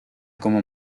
como